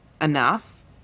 enough